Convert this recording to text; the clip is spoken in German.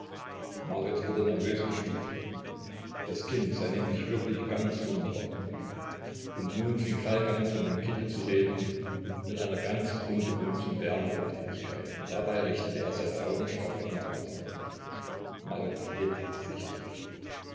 marit wurde nervös und schwieg das kind nämlich sei wirklich ganz wunderbar und nun fing falk an von dem kinde zu reden mit einer ganz ungewohnten wärme und innigkeit und dabei richtete er seine augen scharf auf marit marit litt sichtlich